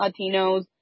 Latinos